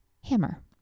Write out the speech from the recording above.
hammer